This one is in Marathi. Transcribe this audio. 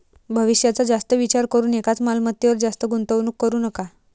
भविष्याचा जास्त विचार करून एकाच मालमत्तेवर जास्त गुंतवणूक करू नका